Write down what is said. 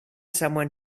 someone